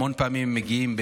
המון פעמים מגיעים,